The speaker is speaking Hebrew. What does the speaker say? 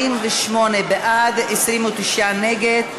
48 בעד, 29 נגד.